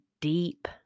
deep